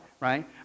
right